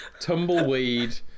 Tumbleweed